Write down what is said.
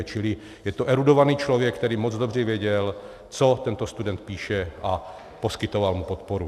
Čili je to erudovaný člověk, který moc dobře věděl, co tento student píše, a poskytoval mu podporu.